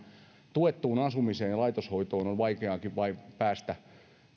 tuettuun asumiseen ja laitoshoitoon on vaikeaa päästä